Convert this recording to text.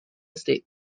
estate